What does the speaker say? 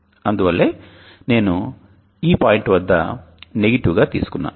అందువల్లే నేను ఈ పాయింట్ వద్ద నెగటివ్ గా తీసుకున్నాను